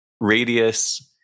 Radius